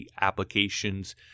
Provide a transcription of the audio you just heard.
applications